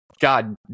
God